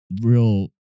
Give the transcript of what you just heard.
real